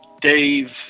dave